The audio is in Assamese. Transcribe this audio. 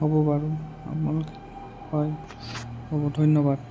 হ'ব বাৰু আপোনালোকে হয় হ'ব ধন্যবাদ